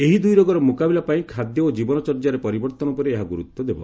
ଏହି ଦୂଇ ରୋଗର ମୁକାବିଲା ପାଇଁ ଖାଦ୍ୟ ଓ ଜୀବନଚର୍ଯ୍ୟାରେ ପରିବର୍ତ୍ତନ ଉପରେ ଏହା ଗୁରୁତ୍ୱ ଦେବ